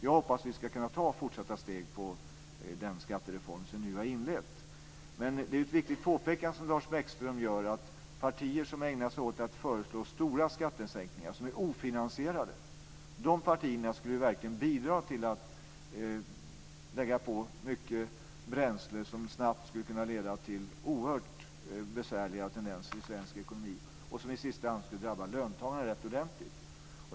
Jag hoppas att vi ska kunna ta fortsatta steg i den skattereform som nu har inletts. Men det är ett riktigt påpekande som Lars Bäckström gör om partier som ägnar sig åt att föreslå stora skattesänkningar som är ofinansierade. De partierna skulle verkligen bidra till att lägga på mycket bränsle. Det skulle snabbt kunna leda till oerhört besvärliga tendenser i svensk ekonomi. Det skulle i sista hand drabba löntagarna rätt ordentligt.